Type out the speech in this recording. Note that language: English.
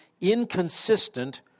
inconsistent